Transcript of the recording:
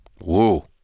Whoa